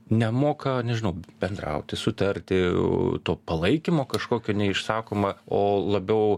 nemoka nežinau bendrauti sutarti to palaikymo kažkokio neišsakoma o labiau